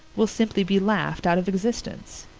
we'll simply be laughed out of existence.